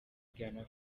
gana